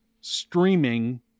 streaming